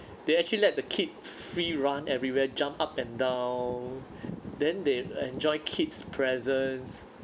they actually let the kid free run everywhere jump up and down then they enjoy kids' presence